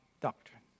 doctrine